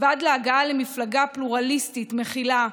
ועד להגעה למפלגה פלורליסטית, מכילה,